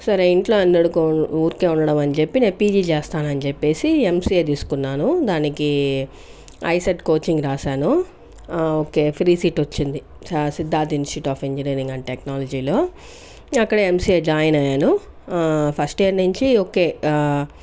సరే ఇంట్లో ఎందు ఊరికే ఉండడం అని చెప్పి నేను పీజీ చేస్తానని చెప్పేసి ఎమ్ సి ఎ తీసుకున్నాను దానికి ఐసెట్ కోచింగ్ రాశాను ఓకే ఫ్రీ సీట్ వచ్చింది Siddharth institute of engineering and technology లో అక్కడ ఎమ్ సి ఎ జాయిన్ అయ్యాను ఫస్ట్ ఇయర్ నుంచి ఒకే